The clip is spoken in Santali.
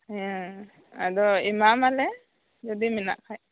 ᱦᱮᱸ ᱟᱫᱚ ᱮᱢᱟ ᱢᱟᱞᱮ ᱡᱩᱫᱤ ᱡᱩᱫᱤ ᱢᱮᱱᱟᱜ ᱠᱷᱟᱡ